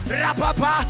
rapapa